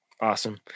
Awesome